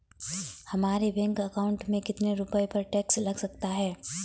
हमारे bank account में कितने रुपये पर टैक्स लग सकता है?